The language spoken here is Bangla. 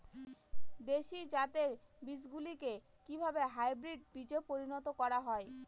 দেশি জাতের বীজগুলিকে কিভাবে হাইব্রিড বীজে পরিণত করা হয়?